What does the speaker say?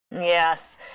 Yes